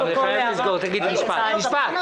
אבל אני חייב לסגור, אז רק משפט.